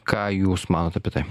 ką jūs manot apie tai